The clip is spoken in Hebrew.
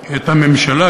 את הממשלה,